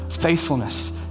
faithfulness